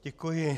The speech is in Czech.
Děkuji.